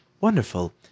wonderful